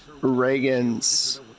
Reagan's